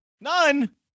none